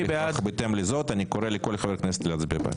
אי לכך ובהתאם לזאת אני קורא לכל חברי הכנסת להצביע בעד.